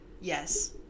Yes